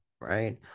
right